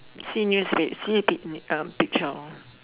see newspa~ see pi~ uh picture